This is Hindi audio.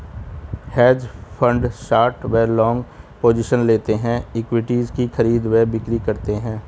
हेज फंड शॉट व लॉन्ग पोजिशंस लेते हैं, इक्विटीज की खरीद व बिक्री करते हैं